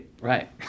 right